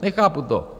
Nechápu to.